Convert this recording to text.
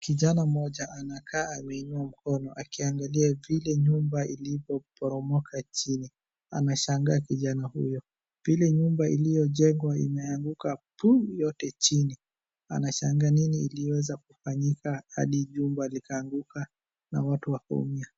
Kijana mmoja anakaa ameinua mkono akiangalia vile nyumba ilivyo poromoka chini. Ameshangaa kijana huyo, vile nyumba iliyojengwa imeanguka puuh!, yote chini. Anashangaa nini iliweza kufanyika hadi jumba likaanguka na watu wakaumia.